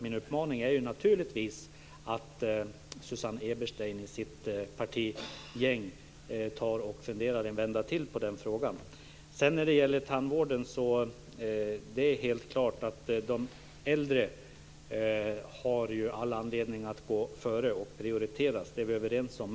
Min uppmaning är naturligtvis att Susanne Eberstein och hennes parti funderar en vända till på den frågan. När det gäller tandvården är det helt klart att de äldre har all anledning att gå före och prioriteras. Det är vi överens om.